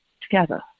together